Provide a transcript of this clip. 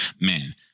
man